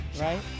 right